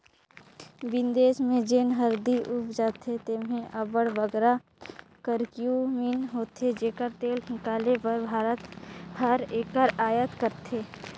बिदेस में जेन हरदी उपजथे तेम्हें अब्बड़ बगरा करक्यूमिन होथे जेकर तेल हिंकाले बर भारत हर एकर अयात करथे